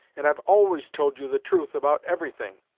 and i've always told you the truth about everything.